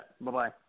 Bye-bye